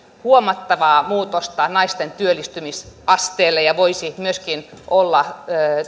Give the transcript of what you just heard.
huomattavaa muutosta naisten työllistymisasteelle ja voisi myöskin olla